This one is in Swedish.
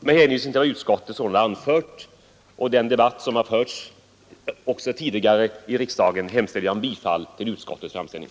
Med hänvisning till vad utskottet sålunda anfört och den debatt som förts också tidigare i riksdagen hemställer jag om bifall till utskottets framställning.